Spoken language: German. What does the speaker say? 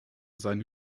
seine